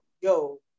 yo